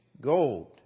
gold